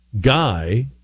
guy